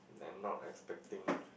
then not expecting